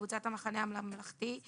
קבוצת המחנה הממלכתי,